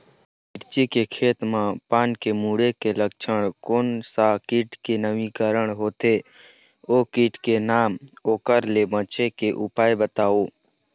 मिर्ची के खेती मा पान के मुड़े के लक्षण कोन सा कीट के नवीनीकरण होथे ओ कीट के नाम ओकर ले बचे के उपाय बताओ?